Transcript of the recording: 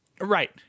Right